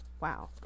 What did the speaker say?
wow